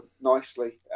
nicely